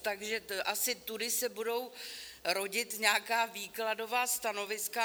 Takže asi tudy se budou rodit nějaká výkladová stanoviska.